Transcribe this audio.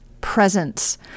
presence